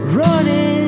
running